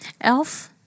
Elf